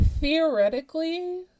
theoretically